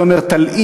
הווי אומר תלאים,